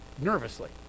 nervously